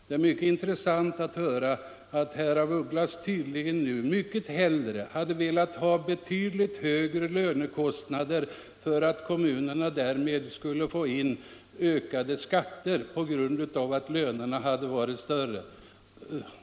Det är mycket intressant att höra att herr af Ugglas tydligen mycket hellre hade velat ha betydligt högre lönekostnader — därför att kommunerna därmed skulle få in ökade skatter från i kommunerna bosatta.